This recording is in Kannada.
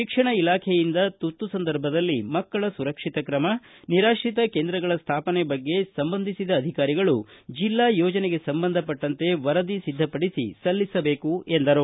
ಶಿಕ್ಷಣ ಇಲಾಖೆಯಿಂದ ತುರ್ತು ಸಂದರ್ಭದಲ್ಲಿ ಮಕ್ಕಳ ಸುರಕ್ಷಿತ ಕ್ರಮ ನಿರಾತ್ರಿತ ಕೇಂದ್ರಗಳ ಸ್ವಾಪನೆ ಬಗ್ಗೆ ಸಂಬಂಧಿಸಿದ ಅಧಿಕಾರಿಗಳು ಜಿಲ್ಲಾ ಯೋಜನೆಗೆ ಸಂಬಂಧಪಟ್ಟಂತೆ ವರದಿ ಸಿದ್ದಪಡಿಸಿ ಸಲ್ಲಿಸಬೇಕು ಎಂದರು